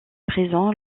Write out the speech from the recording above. présent